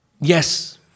Yes